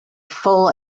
full